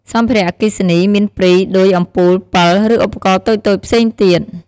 សម្ភារៈអគ្គិសនី មានព្រី ឌុយ អំពូល ពិល ឬឧបករណ៍តូចៗផ្សេងទៀត។